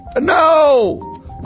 no